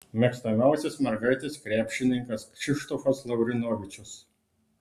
mėgstamiausias mergaitės krepšininkas kšištofas lavrinovičius